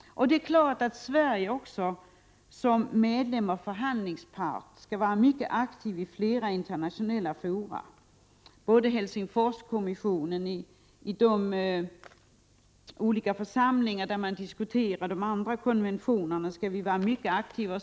Det är också klart att Sverige som förhandlingspart skall vara mycket aktivt i flera internationella fora. I Helsingforskommissionen och i de olika församlingar där man diskuterar de olika konventionerna skall vi vara mycket aktiva.